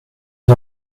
est